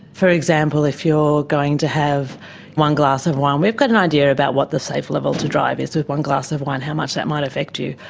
for example, if you are going to have one glass of wine, we've got an idea about what the safe level to drive is with one glass of wine, how much that might affect you.